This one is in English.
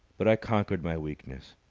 but i conquered my weakness.